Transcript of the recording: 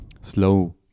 slow